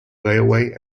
railway